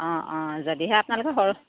অঁ অঁ যদিহে আপোনালোকে সৰ